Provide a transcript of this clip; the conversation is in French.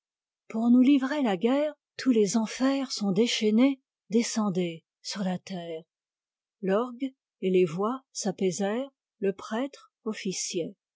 pour nous livrer la guerre tous les enfers sont déchaînés descendez sur la terre l'orgue et les voix s'apaisèrent le prêtre officiait